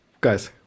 guys